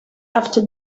after